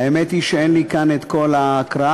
האמת היא שאין לי כאן את כל ההקראה,